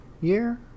year